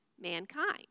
mankind